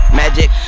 magic